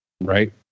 right